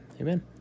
amen